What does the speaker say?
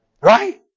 Right